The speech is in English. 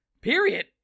Period